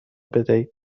بدهید